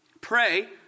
pray